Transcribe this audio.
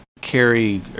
carry